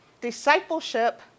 discipleship